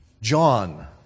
John